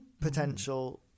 potential